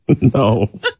No